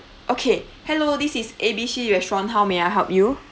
okay hello this is A B C restaurant how may I help you